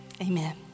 amen